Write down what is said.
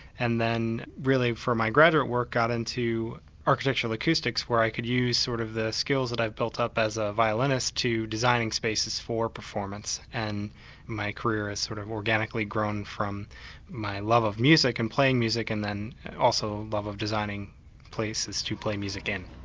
and then really for my graduate work i got into architectural acoustics where i could use sort of the skills that i'd built up as a violinist to designing spaces for performance. and my career has sort of organically grown from my love of music and playing music and then also love of designing places to play music in.